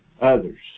others